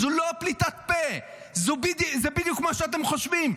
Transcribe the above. זו לא פליטת פה, זה בדיוק מה שאתם חושבים.